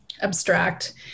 abstract